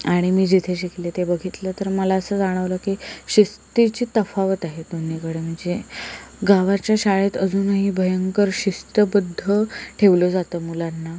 आणि मी जेथे शिकले ते बघितलं तर मला असं जाणवलं की शिस्तीची तफावत आहे दोन्हीकडे म्हणजे गावाच्या शाळेत अजूनही भयंकर शिस्तबद्ध ठेवलं जातं मुलांना